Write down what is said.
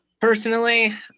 Personally